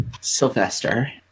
Sylvester